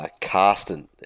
Carsten